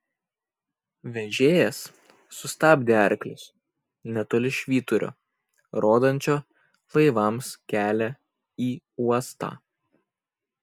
vežėjas sustabdė arklius netoli švyturio rodančio laivams kelią į uostą